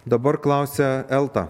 dabar klausia elta